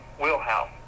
wheelhouse